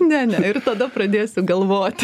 ne ne ir tada pradėsiu galvoti